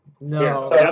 No